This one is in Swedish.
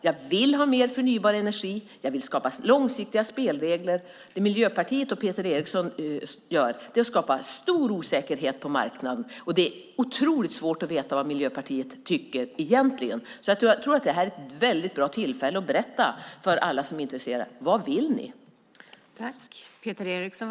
Jag vill ha mer förnybar energi och skapa långsiktiga spelregler. Det Peter Eriksson och Miljöpartiet gör är att skapa stor osäkerhet på marknaden. Det är otroligt svårt att veta vad Miljöpartiet egentligen tycker. Detta är ett väldigt bra tillfälle att berätta för alla som är intresserade. Vad vill ni?